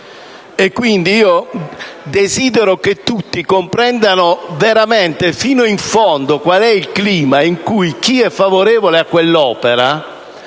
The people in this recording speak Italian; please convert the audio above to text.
quindi che tutti comprendano veramente, fino in fondo, qual è il clima in cui chi è favorevole a quell'opera